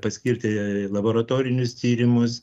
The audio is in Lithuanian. paskirti laboratorinius tyrimus